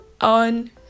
on